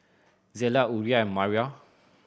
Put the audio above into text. Zella Uriah and Maria